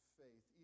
faith